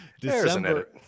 December